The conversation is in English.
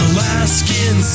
Alaskan